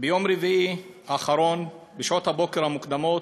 ביום רביעי האחרון, בשעות הבוקר המוקדמות,